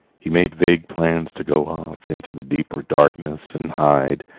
he made vague plans to go off into the deeper darkness and hide,